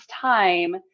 time